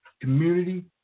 community